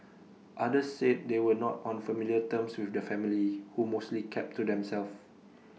others said they were not on familiar terms with the family who mostly kept to themselves